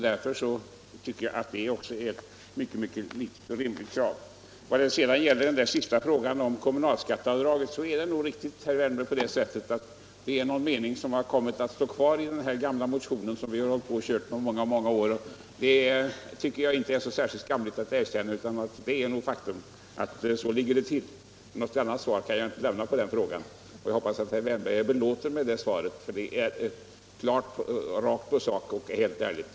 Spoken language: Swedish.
Därför tycker jag att vi också här ställer ett mycket rimligt krav. I vad gäller passusen om kommunalskatteavdraget är det riktigt, herr Wärnberg, att den har råkat stå kvar ifrån den gamla motion som vi har kört med i många år. Jag tycker inte det är skamligt att erkänna detta misstag. Något annat svar kan jag inte ge på herr Wärnbergs fråga. Jag hoppas att herr Wärnberg är belåten med det svaret som är rakt på sak och helt ärligt.